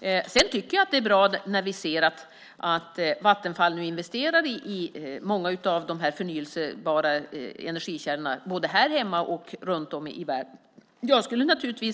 Jag tycker också att det är bra att Vattenfall nu investerar i många av de förnybara energikällorna, både här hemma och runt om i världen.